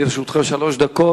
לרשותך שלוש דקות.